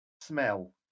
smell